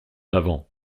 avant